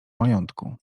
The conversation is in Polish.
majątku